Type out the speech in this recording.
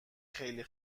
خیلی